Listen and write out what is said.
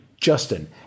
Justin